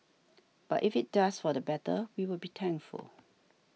but if it does for the better we will be thankful